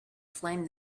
flame